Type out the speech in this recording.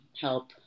help